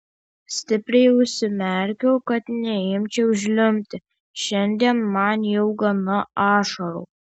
stipriai užsimerkiau kad neimčiau žliumbti šiandien man jau gana ašarų